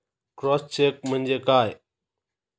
Cross check म्हणजे काय?